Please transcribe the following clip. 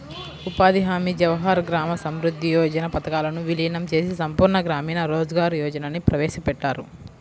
ఉపాధి హామీ, జవహర్ గ్రామ సమృద్ధి యోజన పథకాలను వీలీనం చేసి సంపూర్ణ గ్రామీణ రోజ్గార్ యోజనని ప్రవేశపెట్టారు